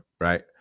right